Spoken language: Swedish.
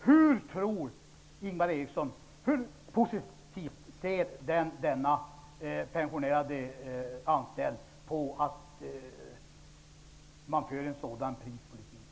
Hur positivt tror Ingvar Eriksson att denna pensionär ser på det förhållandet att det förs en sådan prispolitik?